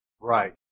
Right